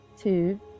Two